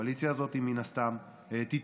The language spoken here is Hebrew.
הקואליציה הזאת מן הסתם תתפרק.